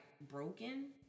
broken